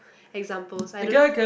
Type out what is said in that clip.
examples I don't know